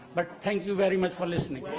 but thank you very much for listening.